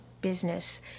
business